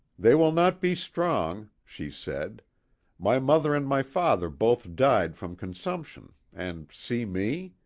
they will not be strong, she said my mother and my father both died from consumption, and see me!